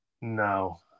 No